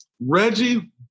Reggie